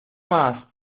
más